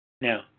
Now